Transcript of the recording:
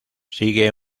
sigue